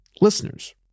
listeners